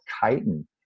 chitin